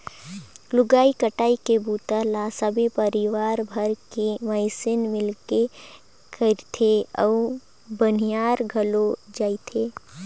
लुवई कटई के बूता ल सबो परिवार भर के मइनसे मिलके करथे अउ बनियार घलो लेजथें